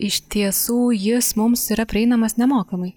iš tiesų jis mums yra prieinamas nemokamai